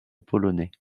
polonais